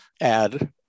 add